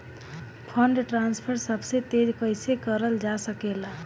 Fund transfer सबसे तेज कइसे करल जा सकेला?